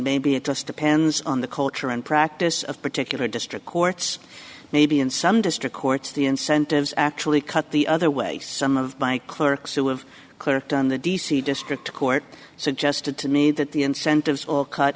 maybe it just depends on the culture and practice of particular district courts maybe in some district courts the incentives actually cut the other way some of my clerks who have clerked on the d c district court suggested to me that the incentives all cut